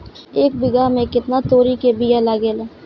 एक बिगहा में केतना तोरी के बिया लागेला?